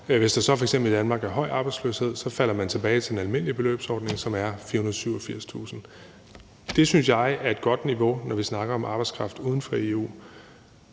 Hvis der så f.eks. er høj arbejdsløshed i Danmark, falder man tilbage til den almindelige beløbsordning, som er 487.000 kr. Det synes jeg er et godt niveau, når vi snakker om arbejdskraft fra uden for EU.